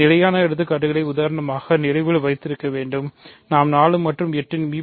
நிலையான எடுத்துக்காட்டுக ளை உதாரணமாக நினைவில் வைத்திருக்கவெண்டும் நாம் 4 மற்றும் 8 இன் மி